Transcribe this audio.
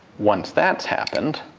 once that's happened,